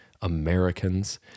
Americans